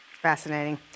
Fascinating